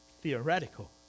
theoretical